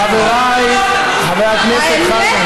חבריי, חבר הכנסת חזן.